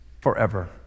forever